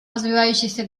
развивающихся